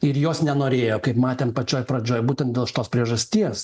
ir jos nenorėjo kaip matėm pačioj pradžioj būtent dėl šitos priežasties